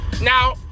Now